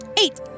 Eight